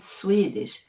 Swedish